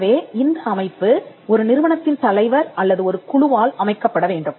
எனவே இந்த அமைப்பு ஒரு நிறுவனத்தின் தலைவர் அல்லது ஒரு குழுவால் அமைக்கப்பட வேண்டும்